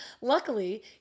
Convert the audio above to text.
Luckily